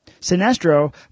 Sinestro